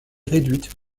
réduite